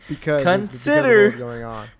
consider –